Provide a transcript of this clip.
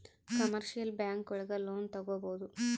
commercial bank ಒಳಗ loan ತಗೊಬೋದು